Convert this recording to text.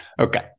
Okay